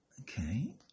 Okay